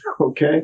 okay